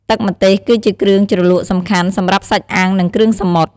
ទឹកម្ទេសគឺជាគ្រឿងជ្រលក់សំខាន់សម្រាប់សាច់អាំង និងគ្រឿងសមុទ្រ។